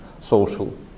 social